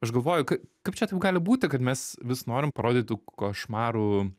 aš galvoju ka kaip čia taip gali būti kad mes vis norim parodyti košmarų